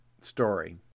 story